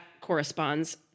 corresponds